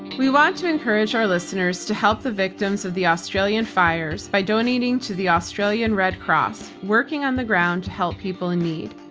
we want to encourage our listeners to help the victims of the australian fires by donating to the australian red cross, working on the ground to help people in need.